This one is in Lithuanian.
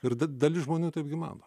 ir d dalis žmonių taipgi mano